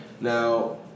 Now